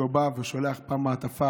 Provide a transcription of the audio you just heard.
והוא שולח פעם מעטפה,